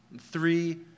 Three